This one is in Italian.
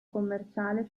commerciale